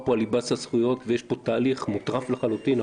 יש פה תהליך מוטרף לחלוטין.